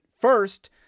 first